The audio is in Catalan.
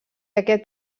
aquest